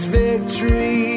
victory